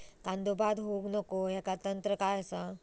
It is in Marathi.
कांदो बाद होऊक नको ह्याका तंत्र काय असा?